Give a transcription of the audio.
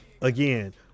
again